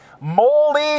moldy